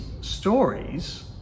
stories